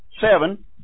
Seven